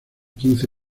quince